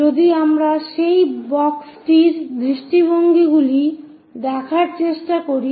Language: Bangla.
যদি আমরা সেই বক্সটির দৃষ্টিভঙ্গিগুলি দেখার চেষ্টা করি